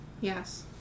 Yes